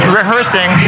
rehearsing